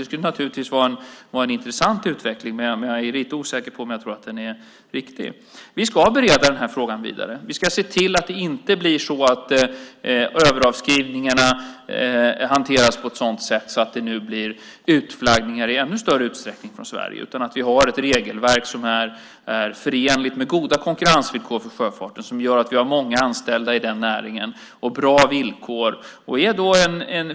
Det skulle naturligtvis vara en intressant utveckling. Men jag är lite osäker på om jag tycker att den är riktig. Vi ska bereda denna fråga vidare. Vi ska se till att det inte blir så att överavskrivningarna hanteras på ett sådant sätt att det nu blir utflaggningar från Sverige i ännu större utsträckning utan att vi har ett regelverk som är förenligt med goda konkurrensvillkor för sjöfarten som gör att vi har många anställda i den näringen och bra villkor.